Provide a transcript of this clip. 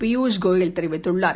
பியூஷ் கோயல் தெரிவித்துள்ளார்